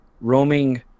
roaming